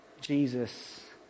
Jesus